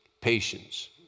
patience